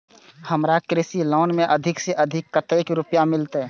हमरा कृषि लोन में अधिक से अधिक कतेक रुपया मिलते?